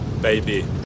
baby